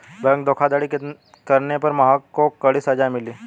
bank धोखाधड़ी करने पर महक को कड़ी सजा मिली